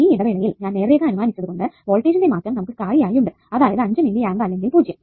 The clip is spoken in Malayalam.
ഈ ഇടവേളയിൽ ഞാൻ നേർരേഖ അനുമാനിച്ചത് കൊണ്ട് വോൾട്ടേജിന്റെ മാറ്റം നമുക്ക് സ്ഥായിയായി ഉണ്ട് അതായത് 5 മില്ലി ആമ്പ് അല്ലെങ്കിൽ 0